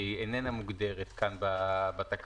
שהיא איננה מוגדרת כאן בתקנות.